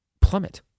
plummet